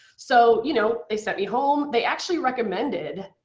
so you know, they sent me home. they actually recommended,